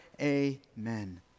amen